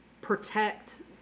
protect